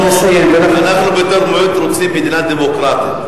אנחנו בתור מיעוט רוצים מדינה דמוקרטית,